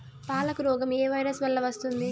పాలకు రోగం ఏ వైరస్ వల్ల వస్తుంది?